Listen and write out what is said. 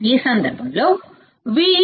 ఈ సందర్భంలో Vin